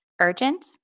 urgent